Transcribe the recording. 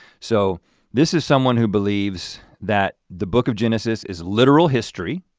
so this is someone who believes that the book of genesis is literal history